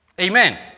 Amen